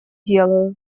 делаю